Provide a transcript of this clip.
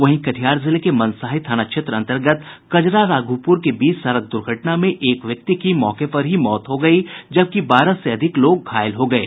वहीं कटिहार जिले के मनसाही थाना क्षेत्र अन्तर्गत कजरा राघोपुर के बीच सड़क द्र्घटना में एक व्यक्ति की मौके पर ही मौत हो गई है जबकि बारह से अधिक लोग घायल हो गए हैं